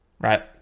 right